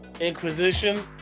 Inquisition